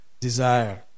desire